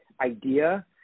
idea